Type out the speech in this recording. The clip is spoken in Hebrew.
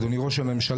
אדוני ראש הממשלה,